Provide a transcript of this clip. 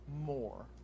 more